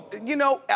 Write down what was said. you know,